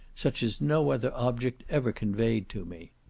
such as no other object ever conveyed to me.